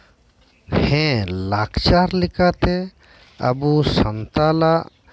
ᱦᱮᱸ ᱞᱟᱠᱪᱟᱨ ᱞᱮᱠᱟᱛᱮ ᱟᱵᱚ ᱥᱟᱱᱛᱟᱲᱟᱜ